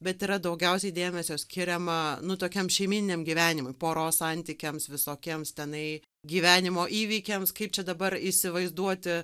bet yra daugiausiai dėmesio skiriama nu tokiam šeimyniniam gyvenimui poros santykiams visokiems tenai gyvenimo įvykiams kaip čia dabar įsivaizduoti